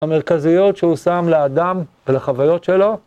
המרכזיות שהוא שם לאדם ולחוויות שלו.